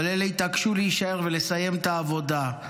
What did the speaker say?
אבל אלה התעקשו להישאר ולסיים את העבודה.